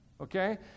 okay